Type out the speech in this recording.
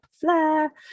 flare